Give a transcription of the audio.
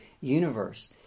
universe